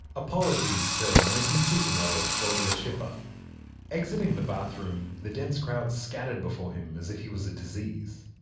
apologies to nineties supermodel claudia schiffer exiting the bathroom, the dense crowd scattered before him as if he was a disease.